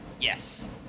Yes